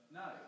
no